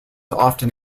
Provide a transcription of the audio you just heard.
often